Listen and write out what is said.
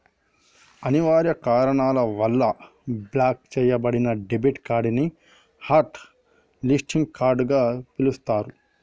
అనివార్య కారణాల వల్ల బ్లాక్ చెయ్యబడిన డెబిట్ కార్డ్ ని హాట్ లిస్టింగ్ కార్డ్ గా పిలుత్తరు